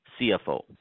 CFO